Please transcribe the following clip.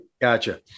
Gotcha